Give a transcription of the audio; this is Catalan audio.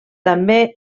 també